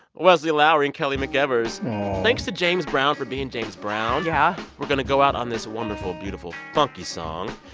wesley lowery and kelly mcevers aw thanks to james brown for being james brown yeah we're going to go out on this wonderful, beautiful, funky song.